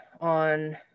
on